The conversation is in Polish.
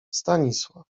stanisław